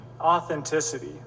authenticity